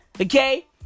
Okay